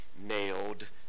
nailed